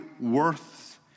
worth